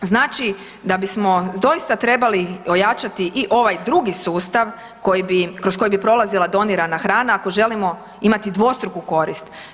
Znači da bismo doista trebali ojačati i ovaj drugi sustav koji bi, kroz koji bi prolazila donirana hrana ako želimo imati dvostruku korist.